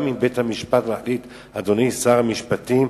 גם אם בית-המשפט מחליט, אדוני שר המשפטים,